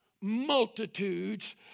multitudes